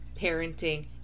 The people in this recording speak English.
parenting